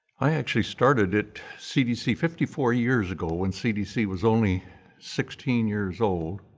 i actually started at cdc fifty four years ago when cdc was only sixteen years old,